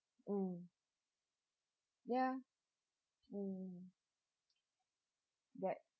mm ya mm that